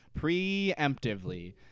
preemptively